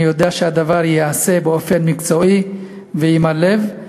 אני יודע שהדבר ייעשה באופן מקצועי ועם הלב.